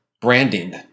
branding